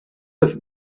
have